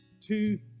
two